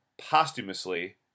posthumously